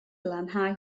lanhau